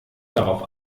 darauf